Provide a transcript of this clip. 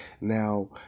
Now